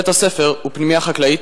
בית-הספר הוא פנימייה חקלאית,